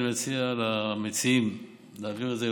אני מציע למציעים להעביר את זה,